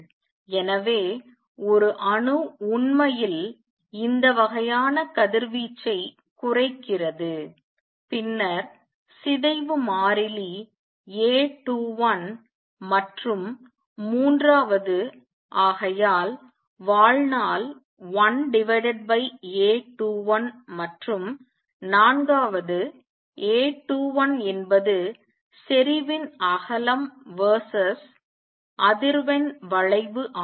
எனவே ஒரு அணு உண்மையில் இந்த வகையான கதிர்வீச்சைக் குறைக்கிறது பின்னர் சிதைவு மாறிலி A21 மற்றும் மூன்றாவது ஆகையால் வாழ்நாள் 1A21 மற்றும் நான்காவது A21 என்பது செறிவின் அகலம் versus வேர்சஸ் அதிர்வெண் வளைவு ஆகும்